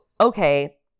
okay